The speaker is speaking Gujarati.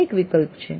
આ એક વિકલ્પ છે